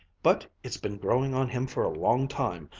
but it's been growing on him for a long time.